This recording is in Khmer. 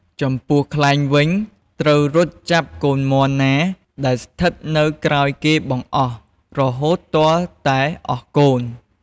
ចំពោះខ្លែងវិញត្រូវរត់ចាប់កូនមាន់ណាដែលស្ថិតនៅក្រោយគេបង្អស់រហូតទាល់តែអស់កូន។